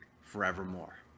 forevermore